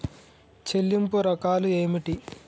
చెల్లింపు రకాలు ఏమిటి?